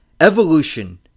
Evolution